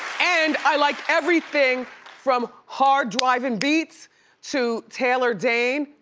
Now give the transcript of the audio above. and i like everything from hard, drivin' beats to taylor dayne,